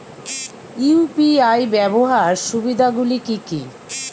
UPI ব্যাবহার সুবিধাগুলি কি কি?